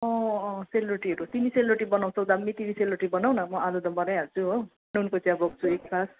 अँ अँ सेलरोटीहरू तिमी सेलरोटी बनाउँछौ दामी तिमी सेलरोटी बनाऊ न म आलुदम बनाइहाल्छु हो नुनको चिया बोक्छु एक फ्लास्